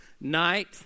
night